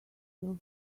feel